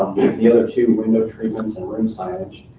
the other two, window treatments and room signage.